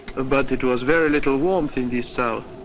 ah but it was very little warmth in this south.